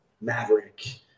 Maverick